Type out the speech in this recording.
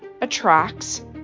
attracts